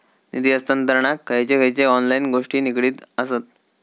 निधी हस्तांतरणाक खयचे खयचे ऑनलाइन गोष्टी निगडीत आसत?